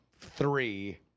three